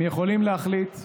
אתם יכולים להחליט,